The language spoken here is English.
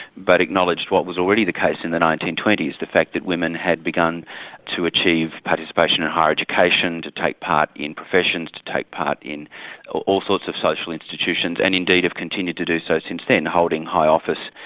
but acknowledged what was already the case in the nineteen twenty s, the fact that women had begun to achieve participation in higher education, to take part in professions, to take part in all sorts of social institutions and indeed, have continued to do so since then holding high office.